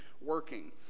working